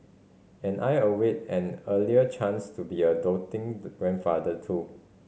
and I await an earlier chance to be a doting grandfather too